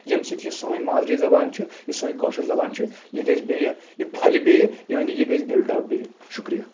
ییٚمہِ سۭتۍ یہِ سٲنۍ مادری زَبان چھِ یہِ سٲنۍ کٲشِر زَبان چھِ یہِ گژھِ بیٚیہِ یہِ پھۄلہِ بیٚیہِ یعنی یہِ گژھِ بلٹ اَپ بیٚیہِ شُکرِیا